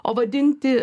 o vadinti